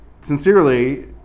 sincerely